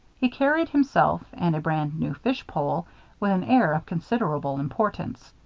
he carried himself and a brand-new fish-pole with an air of considerable importance.